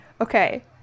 okay